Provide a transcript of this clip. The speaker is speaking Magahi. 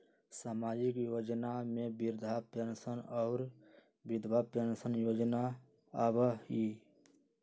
सामाजिक योजना में वृद्धा पेंसन और विधवा पेंसन योजना आबह ई?